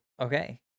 okay